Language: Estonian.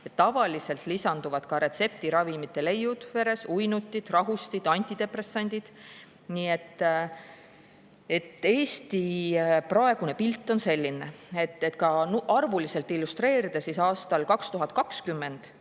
Tavaliselt lisanduvad ka retseptiravimite leiud veres: uinutid, rahustid, antidepressandid. Eesti praegune pilt on selline. Et ka arvuliselt illustreerida, siis aastal 2020 ehk